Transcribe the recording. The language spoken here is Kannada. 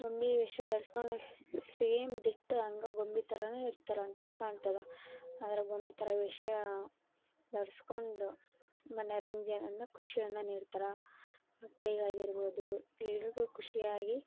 ಗೊಂಬೆ ವೇಷ ಧರಿಸ್ಕೊಂಡು ಸೇಮ್ ಡಿಟ್ಟೋ ಹಂಗ ಗೊಂಬೆ ಥರವೇ ಇರ್ತಾರಂತಂದು ಕಾಣ್ತದೆ ಆದ್ರೆ ಗೊಂಬೆ ಥರ ವೇಷ ಧರಿಸ್ಕೊಂಡು ಮನೋರಂಜನೆ ಅಂದ್ರೆ ಖುಷಿಯನ್ನು ನೀಡ್ತಾರೆ ಮಕ್ಕಳಿಗಾಗಿರ್ಬೋದು ಎಲ್ರಿಗೂ ಖುಷಿಯಾಗಿ